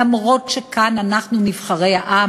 חבר הכנסת רונן הופמן.